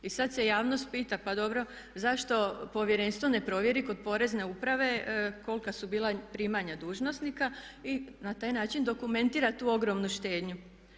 I sad se javnost pita pa dobro zašto Povjerenstvo ne provjeri kod Porezne uprave kolika su bila primanja dužnosnika i na taj način dokumentira tu ogromnu štednju.